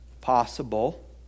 possible